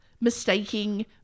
mistaking